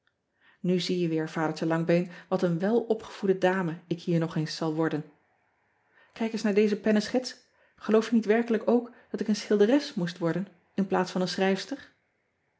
u zie je weer adertje angbeen wat een welopgevoede dame ik hier nog eens zal worden ijk eens naar deze penneschets eloof je niet werkelijk ook dat ik een schilderes moest worden inplaats van een schrijfster